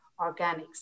organics